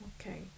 Okay